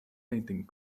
mating